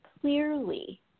clearly